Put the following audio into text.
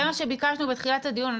זה מה שביקשנו בתחילת הדיון.